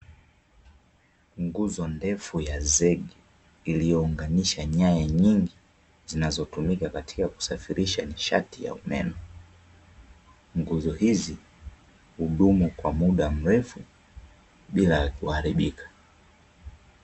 Nguzo ndefu ya zege iliyounganisha nyaya nyingi zinazotumika katika kusafirisha nishati ya umeme. Nguzo hizi hudumu kwa muda mrefu bila kuharibika.